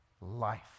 life